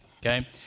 Okay